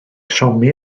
somi